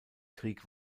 krieg